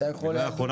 נתנאל.